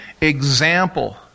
example